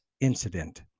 Incident